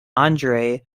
andrey